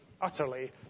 utterly